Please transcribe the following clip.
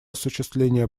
осуществления